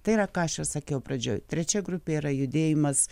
tai yra ką aš ir sakiau pradžioj trečia grupė yra judėjimas